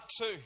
two